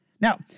now